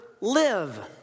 live